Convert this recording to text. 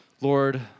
Lord